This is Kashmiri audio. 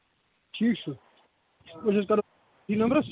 ٹھیٖک چھُ أسۍ حظ کرو یہِ نمبرس